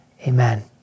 amen